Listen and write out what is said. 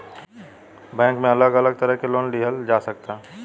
bank में अलग अलग तरह के लोन लिहल जा सकता